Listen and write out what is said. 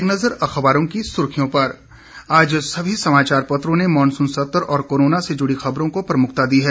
एक नजर अखबारों की सुर्खियों पर आज सभी समाचार पत्रों ने मॉनसून सत्र और कोरोना से जुड़ी खबरों को प्रमुखता दी है